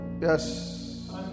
Yes